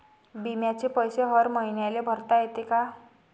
बिम्याचे पैसे हर मईन्याले भरता येते का?